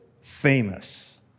famous